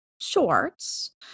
shorts